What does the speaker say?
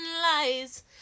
lies